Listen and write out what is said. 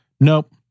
Nope